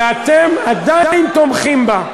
ואתם עדיין תומכים בה.